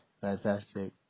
Fantastic